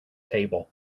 table